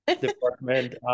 department